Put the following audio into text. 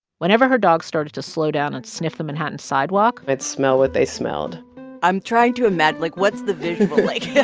whenever her dogs started to slow down and sniff the manhattan sidewalk. i'd smell what they smelled i'm trying to imagine, like, what's the visual like? yeah